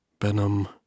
Benham